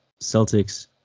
Celtics